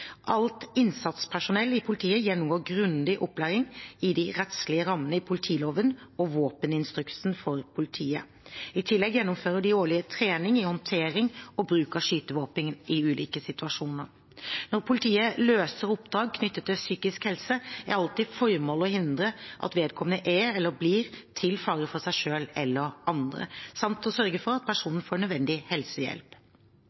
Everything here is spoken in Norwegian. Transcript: Alt innsatspersonell i politiet gjennomgår grundig opplæring i de rettslige rammene i politiloven og våpeninstruksen for politiet. I tillegg gjennomfører de årlig trening i håndtering og bruk av skytevåpen i ulike situasjoner. Når politiet løser oppdrag knyttet til psykisk helse, er alltid formålet å hindre at vedkommende er eller blir til fare for seg selv eller andre, samt å sørge for at